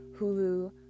Hulu